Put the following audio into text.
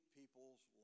people's